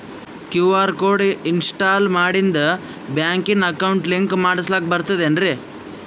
QR code install ಮಾಡಿಂದ ಬ್ಯಾಂಕಿನ account link ಮಾಡಸ್ಲಾಕ ಬರ್ತದೇನ್ರಿ